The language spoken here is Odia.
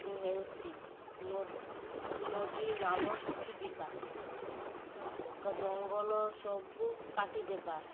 ହେଉଛି ନ ନଦୀ ନାଲ ଶୁଖିଯିବା ଜଙ୍ଗଲ ସବୁ କାଟିଦେବା